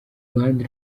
ruhande